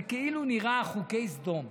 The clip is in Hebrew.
זה כאילו נראה חוקי סדום.